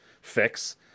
fix